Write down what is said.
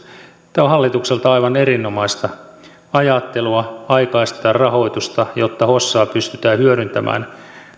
on hallitukselta aivan erinomaista ajattelua aikaistaa rahoitusta jotta hossaa pystytään hyödyntämään